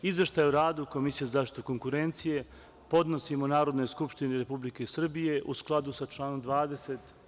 Izveštaj o radu Komisije za zaštitu konkurencije, podnosimo Narodnoj skupštini Republike Srbije, u skladu sa članom 20.